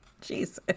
Jesus